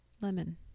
lemon